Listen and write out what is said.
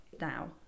now